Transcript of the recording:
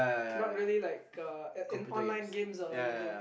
not really like uh in in online games or anything